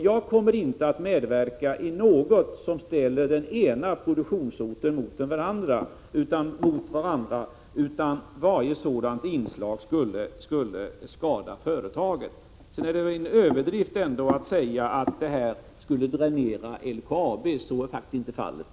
Jag kommer inte att medverka till något som ställer olika produktionsorter mot varandra. Varje sådant inslag skulle skada företaget. Det är vidare en överdrift att säga att de beslutade åtgärderna skulle dränera LKAB. Så är faktiskt inte fallet.